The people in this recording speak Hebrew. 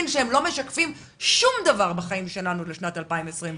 שהם לא משקפים שום דבר בחיים שלנו לשנת 2021,